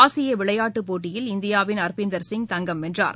ஆசியவிளையாட்டுப் போட்டியில் இந்தியாவின் அர்பிந்தர் சிங் தங்கம் வென்றார்